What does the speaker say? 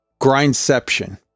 Grindception